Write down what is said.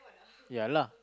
ya lah